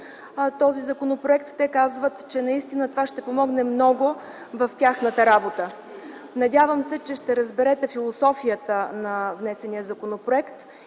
този законопроект, те казват, че наистина това ще помогне много в тяхната работа. Надявам се, че ще разберете философията на внесения законопроект